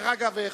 דרך אגב,